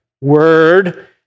word